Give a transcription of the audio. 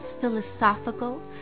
philosophical